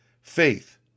Faith